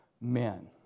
men